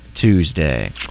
Tuesday